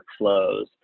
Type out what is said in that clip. workflows